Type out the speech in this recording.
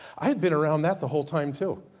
i had been around that the whole time too.